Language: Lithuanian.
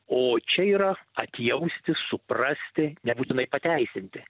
o čia yra atjausti suprasti nebūtinai pateisinti